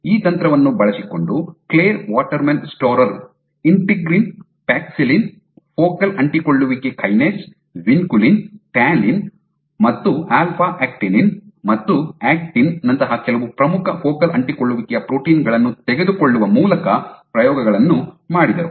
ಈ ತಂತ್ರವನ್ನು ಬಳಸಿಕೊಂಡು Clare Waterman Storer integrin paxillin focal ಅಂಟಿಕೊಳ್ಳುವಿಕೆ ಕೈನೇಸ್ ವಿನ್ಕುಲಿನ್ ಟ್ಯಾಲಿನ್ ಮತ್ತು ಆಲ್ಫಾ ಆಕ್ಟಿನಿನ್ ಮತ್ತು ಆಕ್ಟಿನ್ ನಂತಹ ಕೆಲವು ಪ್ರಮುಖ ಫೋಕಲ್ ಅಂಟಿಕೊಳ್ಳುವಿಕೆಯ ಪ್ರೋಟೀನ್ ಗಳನ್ನು ತೆಗೆದುಕೊಳ್ಳುವ ಮೂಲಕ ಪ್ರಯೋಗಗಳನ್ನು ಮಾಡಿದರು